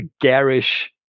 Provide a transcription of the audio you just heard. garish